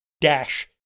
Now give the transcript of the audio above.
dash